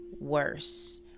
worse